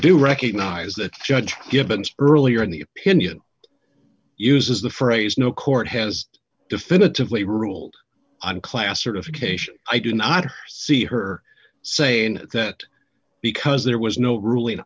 do recognize that judge given earlier in the opinion uses the phrase no court has definitively ruled on class certification i do not see her saying that because there was no ruling